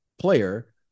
player